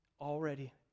already